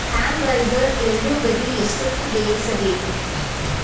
hamburger ಎರಡೂ ಬದಿ ಎಷ್ಟೊತ್ತು ಬೇಯಿಸಬೇಕು